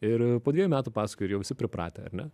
ir po dvejų metų pasakoji ir jau visi pripratę ar ne